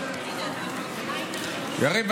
יריב,